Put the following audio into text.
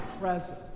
present